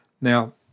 Now